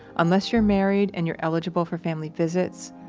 unless you're married and you're eligible for family visits,